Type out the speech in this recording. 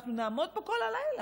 ואנחנו נעמוד פה כל הלילה,